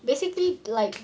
basically like